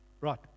Right